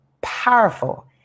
powerful